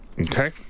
Okay